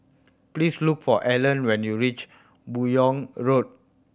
please look for Alan when you reach Buyong Road